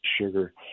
sugar